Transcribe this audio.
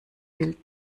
wild